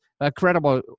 incredible